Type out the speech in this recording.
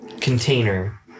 container